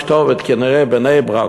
כנראה בגלל שהכתובת היא בני-ברק,